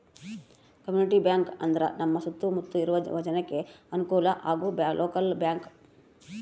community bank ಅಂದ್ರ ನಮ್ ಸುತ್ತ ಮುತ್ತ ಇರೋ ಜನಕ್ಕೆ ಅನುಕಲ ಆಗೋ ಲೋಕಲ್ ಬ್ಯಾಂಕ್